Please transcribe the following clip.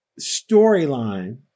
storyline